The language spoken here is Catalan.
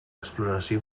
exploració